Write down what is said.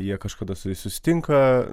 jie kažkada su jais susitinka